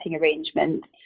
arrangements